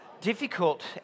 difficult